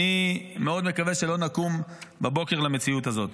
אני מאוד מקווה שלא נקום בבוקר למציאות הזאת.